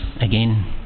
again